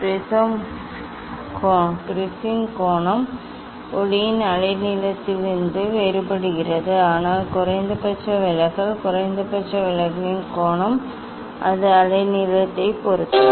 ப்ரிஸின் கோணம் ஒளியின் அலைநீளத்தில் வேறுபடுகிறது ஆனால் குறைந்தபட்ச விலகல் குறைந்தபட்ச விலகலின் கோணம் அது அலைநீளத்தைப் பொறுத்தது